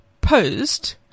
posed